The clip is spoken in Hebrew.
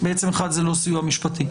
בעצם אחד הוא לא סיוע משפטי.